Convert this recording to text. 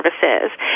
services